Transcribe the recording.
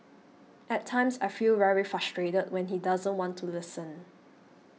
at times I feel very frustrated when he doesn't want to listen